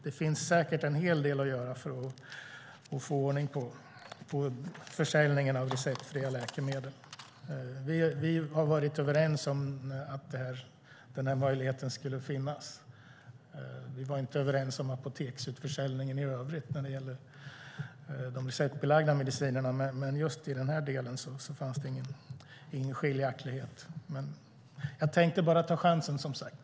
Det finns säkert en hel del att göra för att få ordning på försäljningen av receptfria läkemedel. Vi har varit överens om att den här möjligheten skulle finnas. Vi var inte överens om apoteksutförsäljningen i övrigt, när det gällde de receptbelagda medicinerna, men just i den här delen fanns det ingen skiljaktighet.